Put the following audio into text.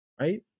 right